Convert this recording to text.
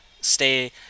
stay